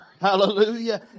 hallelujah